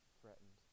threatened